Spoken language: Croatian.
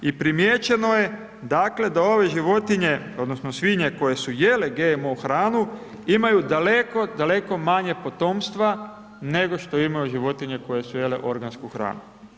I primijećeno je dakle, da ove životinje, odnosno, svinje, koje su jele GMO hranu, imaju daleko, daleko manje potomstva, nego što imaju životinje, koje su jele organsku hranu.